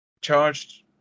charged